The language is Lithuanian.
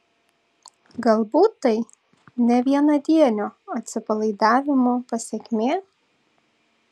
galbūt tai ne vienadienio atsipalaidavimo pasekmė